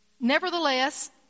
Nevertheless